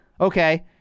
okay